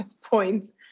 points